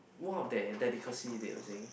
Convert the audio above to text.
one of their delicacy they were saying